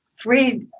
three